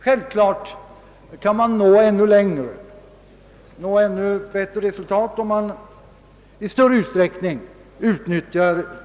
Ännu bättre resultat kan naturligtvis nås, om TV utnyttjas i större utsträckning.